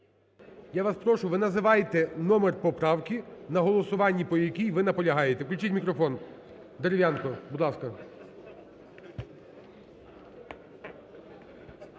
Я вас прошу, ви називайте номер поправки, на голосуванні по якій ви наполягаєте. Включіть мікрофон, Дерев'янко, будь ласка.